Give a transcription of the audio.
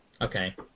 okay